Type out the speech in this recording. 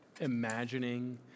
imagining